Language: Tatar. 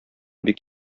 бик